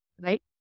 right